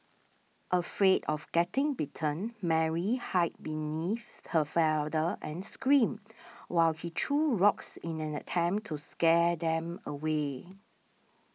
afraid of getting bitten Mary hide beneath her father and screamed while he threw rocks in an attempt to scare them away